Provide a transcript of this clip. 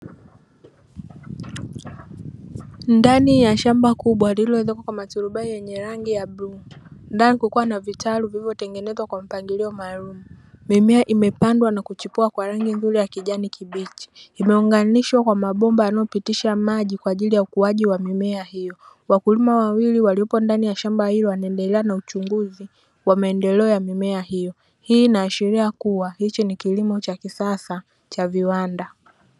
Ndani ya shamba kubwa lililoezekwa kwa maturubai ya rangi ya bluu, ndani kukiwa na vitalu vilivyotengenezwa kwa mpangilio maalumu, mimea imepandwa na kuchipua kwa rangi nzuri ya kijani kibichi, imeunganishwa kwa mabomba yanayopitisha maji, kwa ajili ya ukuaji wa mimea hiyo. Wakulima wawili walioko katika shamba hilo wanaendelea na chunguzi wa maendeleo ya mimea hiyo. Hii inaashiria kuwa, hichi ni kilimo cha kisasa cha viwanda.